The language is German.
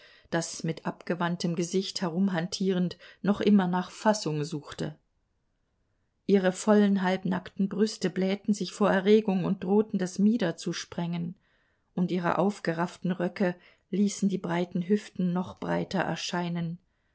das mit abgewandtem gesicht herumhantierend noch immer nach fassung suchte ihre vollen halbnackten brüste blähten sich vor erregung und drohten das mieder zu sprengen und ihre aufgerafften röcke ließen die breiten hüften noch breiter erscheinen